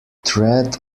thread